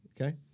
Okay